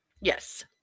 Yes